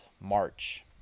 March